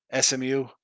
SMU